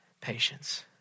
patience